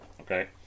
okay